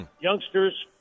youngsters